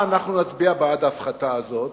אנחנו נצביע בעד ההפחתה הזאת,